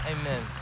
amen